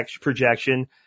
projection